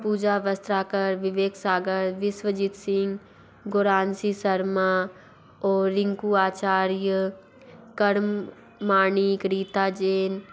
पूजा वस्त्राकर विवेक सागर विश्वजीत सिंग गोरांशी शर्मा और रिंकू आचार्य कड़म माणिक रीता जैन